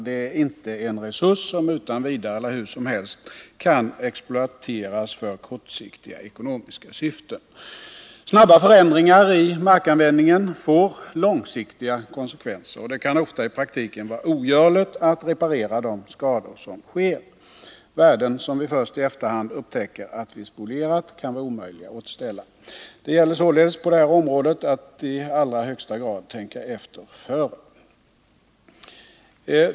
De är inte en resurs som utan vidare eller hur som helst kan exploateras för kortsiktiga ekonomiska syften. Snabba förändringar i markanvändningen får långsiktiga konsekvenser, och det kan ofta i praktiken vara ogörligt att reparera de skador som sker. Värden som vi först i efterhand upptäcker att vi spolierat kan vara omöjliga att återställa. Det gäller således på det här området att i allra högsta grad tänka efter före.